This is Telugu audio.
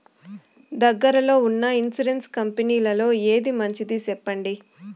దగ్గర లో ఉన్న ఇన్సూరెన్సు కంపెనీలలో ఏది మంచిది? సెప్పండి?